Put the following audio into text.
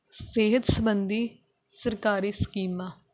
ਸਿਹਤ ਸੰਬੰਧੀ ਸਰਕਾਰੀ ਸਕੀਮਾਂ